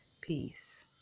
peace